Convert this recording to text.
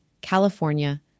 California